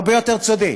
הרבה יותר צודק.